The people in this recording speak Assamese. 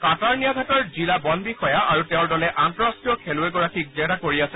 কাটাৰনিয়াঘাটৰ জিলা বন বিষয়া আৰু তেওঁৰ দলে আন্তঃৰাষ্ট্ৰীয় খেলুৱৈগৰাকীক জেৰা কৰি আছে